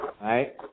right